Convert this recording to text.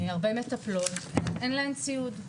הרבה מטפלות, אין להן ציוד,